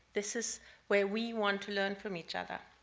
this is where we want to learn from each other.